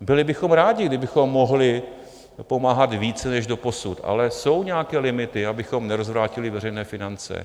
Byli bychom rádi, kdybychom mohli pomáhat více než doposud, ale jsou nějaké limity, abychom nerozvrátili veřejné finance.